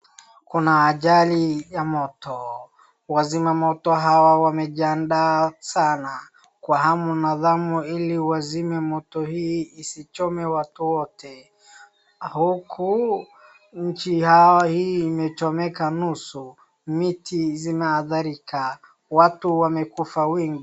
Kuna ajali ya moto, wazima moto hao wameajiandaa sana kwa hamu na ghamu ili wazime moto hii isichome watu wote, huku nchi yao hii imechomeka nusu, miti zimeadharika, watu wamekufa wengi.